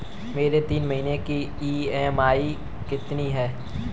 मेरी तीन महीने की ईएमआई कितनी है?